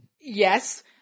Yes